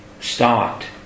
start